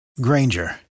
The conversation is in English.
Granger